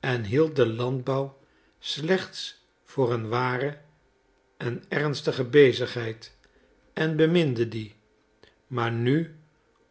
en hield den landbouw slechts voor een ware en ernstige bezigheid en beminde dien maar nu